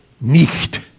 nicht